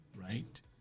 right